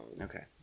Okay